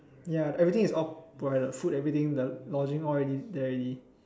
ya everything is all provided food everything the lodging all already there already